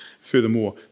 furthermore